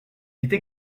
était